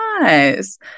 Nice